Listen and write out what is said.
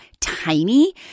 tiny